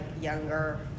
younger